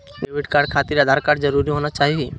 Debit card खातिर Aadhaar card जरूरी होना चाहिए?